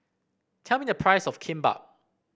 tell me the price of Kimbap